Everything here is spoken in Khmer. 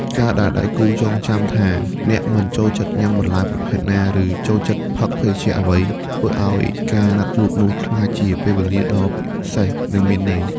ការដែលដៃគូចងចាំថាអ្នកមិនចូលចិត្តញ៉ាំបន្លែប្រភេទណា ឬចូលចិត្តផឹកភេសជ្ជៈអ្វី ធ្វើឱ្យការណាត់ជួបនោះក្លាយជាពេលវេលាដ៏ពិសេស និងមានន័យ។